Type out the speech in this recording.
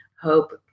hope